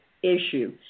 issue